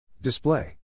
Display